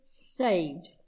saved